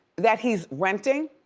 that he's renting